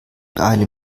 beeile